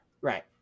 Right